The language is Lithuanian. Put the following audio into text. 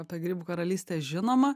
apie grybų karalystę žinoma